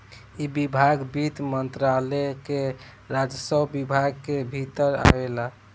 इ विभाग वित्त मंत्रालय के राजस्व विभाग के भीतर आवेला